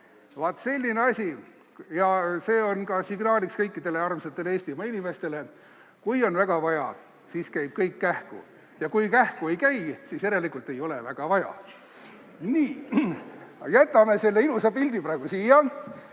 Vaat selline asi! Ja see on signaaliks kõikidele armsatele Eestimaa inimestele, et kui väga vaja, siis käib kõik kähku, ja kui kähku ei käi, siis järelikult ei ole väga vaja. Nii, aga jätame selle ilusa pildi praegu siia.